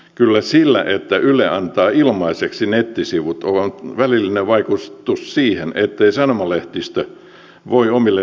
kyllä sillä että yle antaa ilmaiseksi nettisivut on välillinen vaikutus siihen ettei sanomalehdistö voi omille nettisivuilleen panna hintaa